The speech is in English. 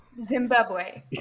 Zimbabwe